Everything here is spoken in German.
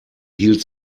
hielt